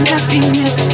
Happiness